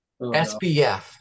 spf